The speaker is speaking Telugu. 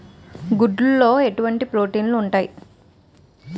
గుడ్లు లో ఎటువంటి ప్రోటీన్స్ ఉంటాయి?